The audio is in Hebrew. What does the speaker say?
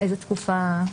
איזו תקופה?